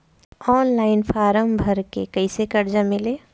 Online form भर के कैसे कर्जा मिली?